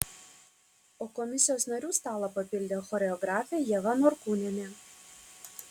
o komisijos narių stalą papildė choreografė ieva norkūnienė